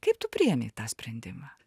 kaip tu priėmei tą sprendimą